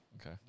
Okay